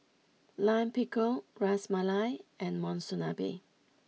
Lime Pickle Ras Malai and Monsunabe